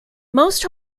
most